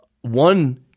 one